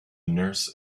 nurse